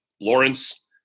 Lawrence